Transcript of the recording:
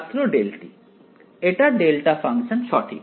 ছাত্র δ এটা delta function সঠিক